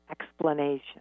explanation